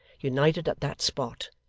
united at that spot,